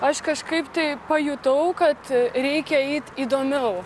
aš kažkaip tai pajutau kad reikia eit įdomiau